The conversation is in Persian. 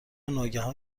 ناگهان